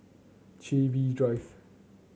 Chin Bee Drive